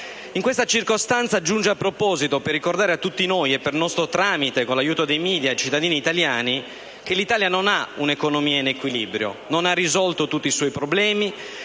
Questa circostanza giunge a proposito per ricordare a tutti noi e, per nostro tramite (con l'aiuto dei *media)*, ai cittadini italiani che l'Italia non ha un'economia in equilibrio: non ha risolto tutti i suoi problemi